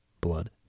blood